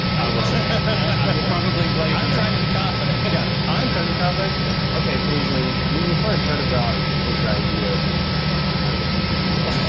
will say, i will probably blame you. i'm trying to be confident. yeah, i'm trying to be confident, too. okay, pasley, when you first heard about this idea how did it make you feel?